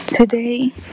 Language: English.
Today